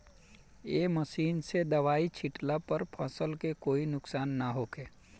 ए machine से दवाई छिटला पर फसल के कोई नुकसान ना होखे